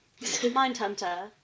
Mindhunter